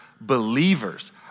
believers